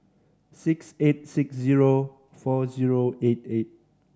six eight six zero four zero eight eight